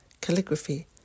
calligraphy